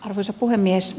arvoisa puhemies